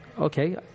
okay